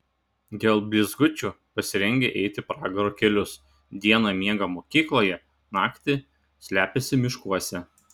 dėl blizgučių pasirengę eiti pragaro kelius dieną miega mokykloje naktį slepiasi miškuose